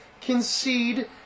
concede